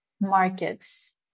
markets